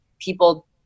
people